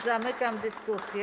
Zamykam dyskusję.